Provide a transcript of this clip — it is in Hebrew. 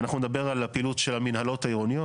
נדבר על הפעילות של המינהלות העירוניות.